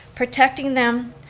protecting them,